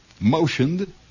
Motioned